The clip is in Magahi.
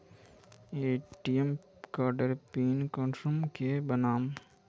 ए.टी.एम कार्डेर पिन कुंसम के बनाम?